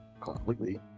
completely